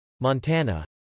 Montana